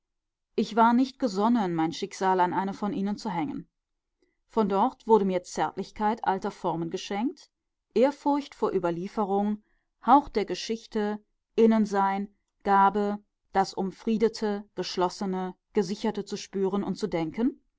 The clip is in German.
ich war nicht gesonnen mein schicksal an eine von ihnen zu hängen von dort wurde mir zärtlichkeit alter formen geschenkt ehrfurcht vor überlieferung hauch der geschichte innensein gabe das umfriedete geschlossene gesicherte zu spüren und zu denken